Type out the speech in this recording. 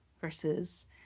versus